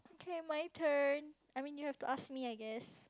K my turn I mean you have to ask me I guess